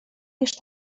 już